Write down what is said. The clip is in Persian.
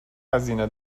هزینه